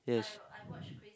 yes